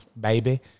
baby